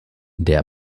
der